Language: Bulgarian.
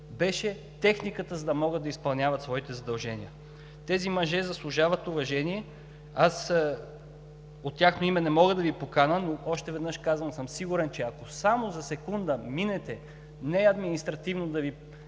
беше техниката, за да могат да изпълняват своите задължения. Тези мъже заслужават уважение. Аз от тяхно име не мога да Ви поканя, но още веднъж казвам – сигурен съм, че ако само за секунда минете, не административно да Ви